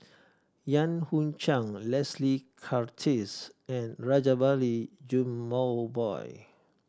Yan Hui Chang Leslie Charteris and Rajabali Jumabhoy